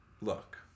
Look